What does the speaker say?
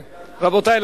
רבותי,